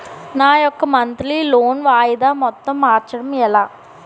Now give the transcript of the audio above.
నా యెక్క monthly loan వాయిదా మొత్తం మార్చడం ఎలా?